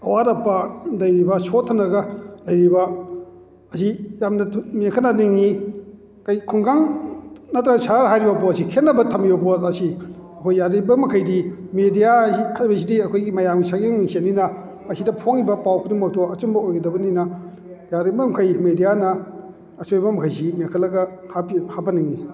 ꯑꯋꯥꯠ ꯑꯄꯥ ꯂꯩꯔꯤꯕ ꯁꯣꯠꯊꯅꯒ ꯂꯩꯔꯤꯕ ꯑꯁꯤ ꯌꯥꯝꯅ ꯃꯦꯟꯈꯠꯍꯟꯅꯤꯡꯏ ꯈꯨꯡꯒꯪ ꯅꯠꯇ꯭ꯔꯒ ꯁꯍꯔ ꯍꯥꯏꯔꯤꯕ ꯄꯣꯠꯁꯤ ꯈꯦꯠꯅꯕ ꯊꯝꯂꯤꯕ ꯄꯣꯠ ꯑꯁꯤ ꯑꯩꯈꯣꯏ ꯌꯥꯔꯤꯕ ꯃꯈꯩꯗꯤ ꯃꯦꯗꯤꯌꯥ ꯍꯥꯏꯁꯤꯗꯤ ꯑꯩꯈꯣꯏꯒꯤ ꯃꯌꯥꯝꯒꯤ ꯁꯛꯌꯦꯡ ꯃꯤꯡꯁꯦꯟꯅꯤꯅ ꯑꯁꯤꯗ ꯐꯣꯡꯂꯤꯕ ꯄꯥꯎ ꯈꯨꯗꯤꯡꯃꯛꯇꯨ ꯑꯆꯨꯝꯕ ꯑꯣꯏꯒꯗꯕꯅꯤꯅ ꯌꯥꯔꯤꯕ ꯃꯈꯩ ꯃꯦꯗꯤꯌꯥꯅ ꯑꯆꯧꯕ ꯃꯈꯩꯁꯤ ꯃꯦꯟꯈꯠꯂꯒ ꯍꯥꯞꯍꯟꯅꯤꯡꯏ